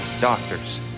doctors